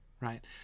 right